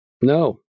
No